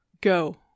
Go